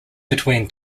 between